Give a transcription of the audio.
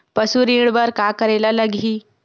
पशु ऋण बर का करे ला लगही?